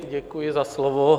Děkuji za slovo.